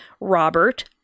Robert